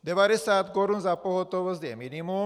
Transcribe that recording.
90 korun za pohotovost je minimum.